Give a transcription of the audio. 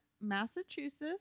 Massachusetts